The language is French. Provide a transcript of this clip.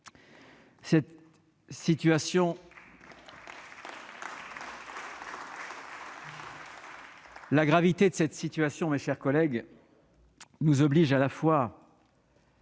La gravité de cette situation, mes chers collègues, nous oblige à la fois